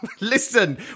listen